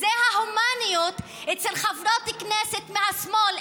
זאת ההומניות אצל חברות כנסת מהשמאל,